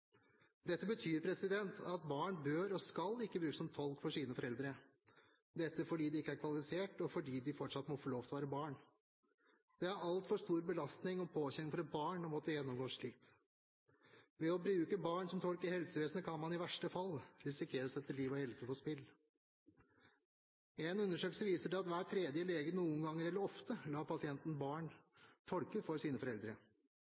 Dette betyr at barn ikke bør og ikke skal brukes som tolk for sine foreldre – dette fordi de ikke er kvalifisert, og fordi de fortsatt må få lov til å være barn. Det er en altfor stor belastning og påkjenning for et barn å måtte gå igjennom noe slikt. Ved å bruke barn som tolk i helsevesenet kan man i verste fall risikere å sette liv og helse på spill. En undersøkelse viser til at hver tredje lege noen ganger eller ofte lar pasientens barn tolke for sine foreldre.